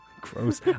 Gross